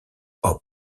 hop